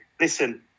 listen